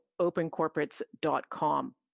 opencorporates.com